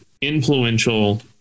Influential